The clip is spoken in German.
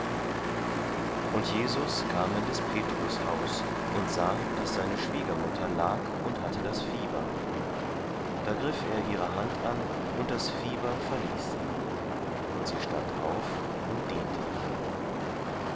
und jesus kam in des petrus haus und sah daß seine schwiegermutter lag und hatte das fieber da griff er ihre hand an und das fieber verließ sie und sie stand auf und diente ihnen